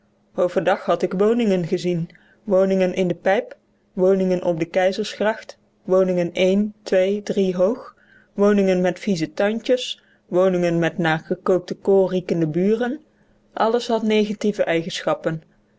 overdag had ik woningen gezien woningen in de pijp woningen op de keizersgracht woningen één twee drie hoog woningen met vieze tuintjes woningen met naar gekookte kool riekende buren alles had negatieve eigenschappen